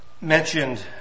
mentioned